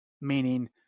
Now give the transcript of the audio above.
Meaning